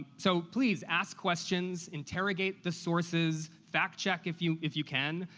so, please, ask questions, interrogate the sources, fact-check if you if you can,